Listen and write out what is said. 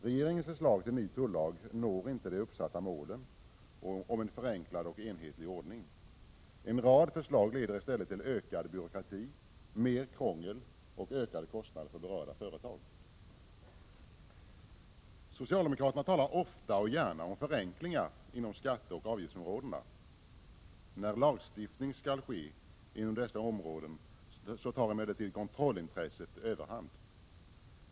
Regeringens förslag till ny tullag når inte det uppsatta målet om en förenklad och enhetlig ordning. En rad förslag leder i stället till ökad byråkrati, mer krångel och ökade kostnader för berörda företag. Socialde mokraterna talar ofta och gärna om förenklingar inom skatteoch avgiftsom = Prot. 1987/88:21 rådena. När lagstiftning skall ske inom dessa områden tar emellertid 11 november 1987 kontrollintresset överhand.